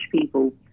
people